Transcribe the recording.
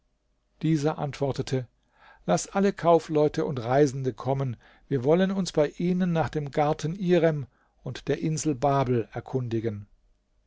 dieser antwortete laß alle kaufleute und reisende kommen wir wollen uns bei ihnen nach dem garten irem und der insel babel erkundigen